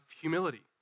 humility